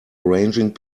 arranging